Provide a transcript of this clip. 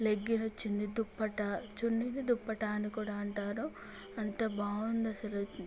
legging వచ్చింది దుప్పట్టా చున్నీని దుప్పట్టా అని కూడా అంటారు అంత బాగుంది అసలు